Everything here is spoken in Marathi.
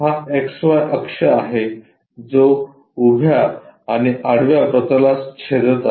हा एक्स वाय अक्ष आहे जो उभ्या आणि आडव्या प्रतलास छेदत आहे